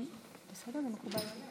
בסדר גמור.